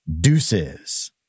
deuces